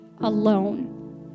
alone